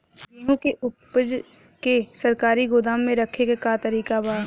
गेहूँ के ऊपज के सरकारी गोदाम मे रखे के का तरीका बा?